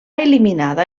eliminada